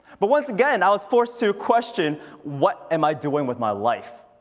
but once again i was forced to question what am i doing with my life?